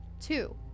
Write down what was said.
two